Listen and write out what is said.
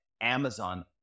Amazon